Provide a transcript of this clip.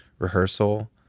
rehearsal